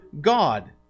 God